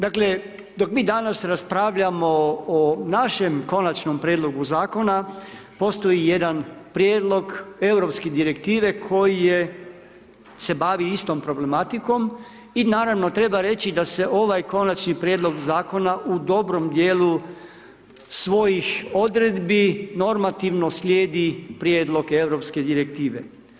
Dakle dok mi danas raspravljamo o našem konačnom prijedlogu zakona postoji i jedan prijedlog europske direktive koji je, se bavi istom problematikom i naravno treba reći da se ovaj Konačni prijedlog zakona u dobrom dijelu svojih odredbi normativno slijedi prijedlog Europske direktive.